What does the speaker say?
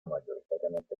mayoritariamente